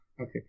okay